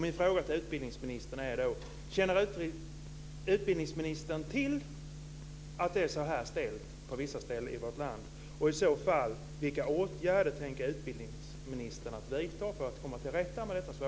Min fråga till utbildningsministern är då: